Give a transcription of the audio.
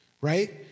right